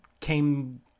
came